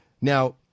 Now